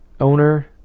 owner